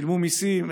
שילמו מיסים,